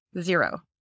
zero